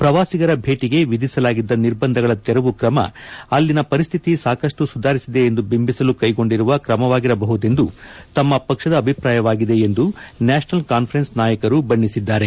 ಪ್ರವಾಸಿಗರ ಭೇಟಿಗೆ ವಿಧಿಸಲಾಗಿದ್ದ ನಿರ್ಬಂಧಗಳ ತೆರವು ಕ್ರಮ ಅಲ್ಲಿ ಪರಿಸ್ಥಿತಿ ಸಾಕಷ್ಟು ಸುಧಾರಿಸಿದೆ ಎಂದು ಬಿಂಬಿಸಲು ಕೈಗೊಂಡಿರುವ ಕ್ರಮವಾಗಿರಬಹುದೆಂಬುದು ತಮ್ನ ಪಕ್ಷದ ಅಭಿಪ್ರಾಯವಾಗಿದೆ ಎಂದು ನ್ಥಾಷನಲ್ ಕಾಸ್ಫರೆನ್ಸ್ ನಾಯಕರು ಬಣ್ಣಿಸಿದ್ದಾರೆ